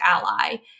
Ally